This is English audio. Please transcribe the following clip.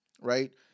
right